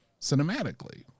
cinematically